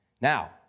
Now